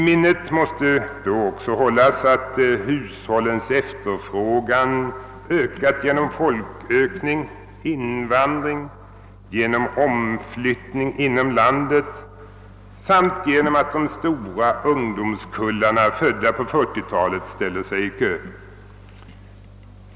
Man måste också hålla i minnet att hushållens efterfrågan har ökat genom folkökning, invandring, omflyttning inom landet samt genom att de stora ung domskullarna, födda på 1940-talet, ställt sig i kö.